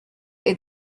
est